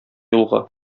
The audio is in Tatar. юлга